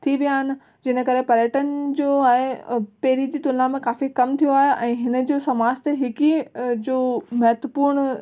थी विया आहिनि जिन करे पर्यटन जो आहे पहिरीं जी तुलना में काफ़ी कम थियो आहे ऐं हिन जो समाज ते हिकु ई जो महत्वपूर्ण